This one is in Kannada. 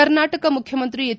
ಕರ್ನಾಟಕ ಮುಖ್ಯಮಂತ್ರಿ ಎಚ್